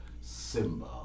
Simba